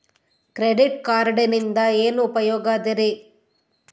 Credit ಕಾರ್ಡಿನಿಂದ ಏನು ಉಪಯೋಗದರಿ?